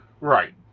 Right